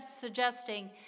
suggesting